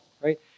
right